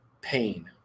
pain